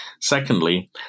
Secondly